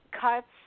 cuts